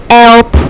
help